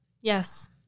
Yes